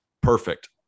Perfect